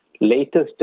latest